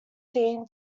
seen